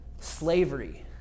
slavery